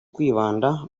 kwibanda